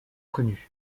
connus